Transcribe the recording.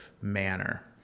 manner